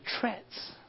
threats